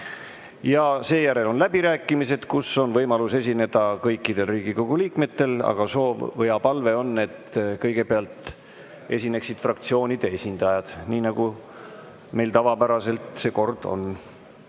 Ja seejärel on läbirääkimised, kus on võimalus esineda kõikidel Riigikogu liikmetel, aga soov ja palve on, et kõigepealt esineksid fraktsioonide esindajad, nii nagu meil tavapäraselt see kord on.